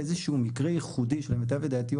איזשהו מקרה ייחודי שלמיטב ידיעתי הוא